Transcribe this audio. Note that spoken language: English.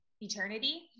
eternity